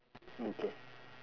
okay